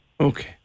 Okay